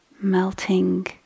melting